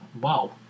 Wow